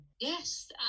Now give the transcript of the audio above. Yes